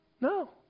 No